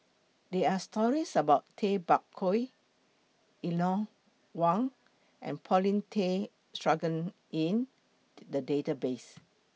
There Are stories about Tay Bak Koi Eleanor Wong and Paulin Tay Straughan in The Database